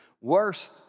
worst